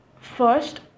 First